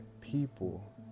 people